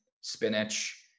spinach